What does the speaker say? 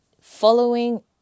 Following